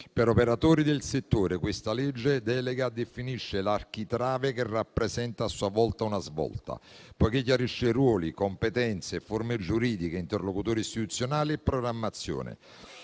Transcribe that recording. gli operatori del settore, questa legge delega definisce l'architrave che rappresenta a sua volta una svolta, poiché chiarisce ruoli, competenze, forme giuridiche, interlocutori istituzionali e programmazione